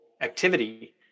activity